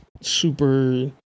super